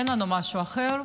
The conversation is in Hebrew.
אין לנו משהו אחר.